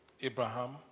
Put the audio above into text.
Abraham